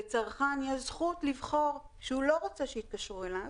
לצרכן יש זכות לבחור שהוא לא רוצה שיתקשרו אליו,